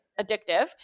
addictive